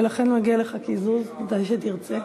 ולכן מגיע לך קיזוז מתי שתרצה.